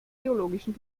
geologischen